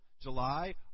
July